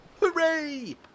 Hooray